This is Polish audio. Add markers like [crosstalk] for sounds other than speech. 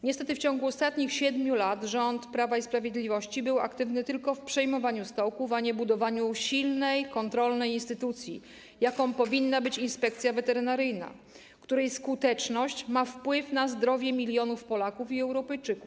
Niestety, w ciągu ostatnich 7 lat rząd Prawa i Sprawiedliwości był aktywny tylko w przejmowaniu stołków, a nie w budowaniu silnej kontrolnej instytucji, jaką powinna być inspekcja weterynaryjna, [applause] której skuteczność ma wpływ na zdrowie milionów Polaków i Europejczyków.